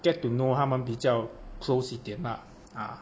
get to know 她们比较 close 一点啊